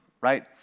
right